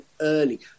early